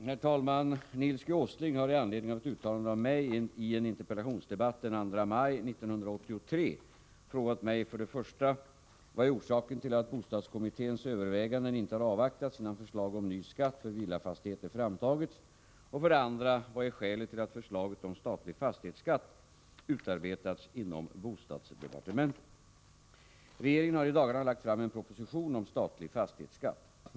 Herr talman! Nils G. Åsling har i anledning av ett uttalande av mig i en interpellationsdebatt den 2 maj 1983 frågat mig: 1. Vad är orsaken till att bostadskommitténs överväganden inte har avvaktats innan förslag om ny skatt för villafastigheter framtagits? 2. Vad är skälet till att förslaget om statlig fastighetsskatt utarbetats inom bostadsdepartementet? Regeringen har i dagarna lagt fram en proposition om statlig fastighetsskatt.